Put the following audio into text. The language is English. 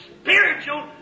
spiritual